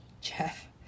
Jeff